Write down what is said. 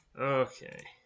Okay